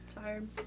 tired